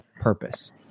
purpose